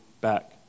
back